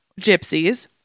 gypsies